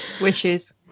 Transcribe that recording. Wishes